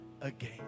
again